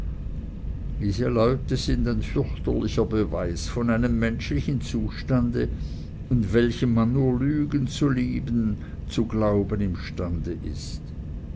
diese leute sind ein fürchterlicher beweis von einem menschlichen zustande in welchem man nur lügen zu lieben zu glauben imstande ist